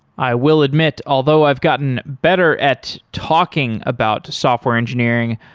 i will admit, although i've gotten better at talking about software engineering,